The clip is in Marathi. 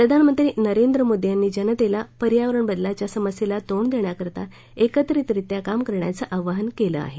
प्रधानमंत्री नरेंद्र मोदी यांनी जनतेला पर्यावरण बदलाच्या समस्येला तोंड देण्याकरता एकत्रितरित्या काम करण्याचं आवाहन केलं आहे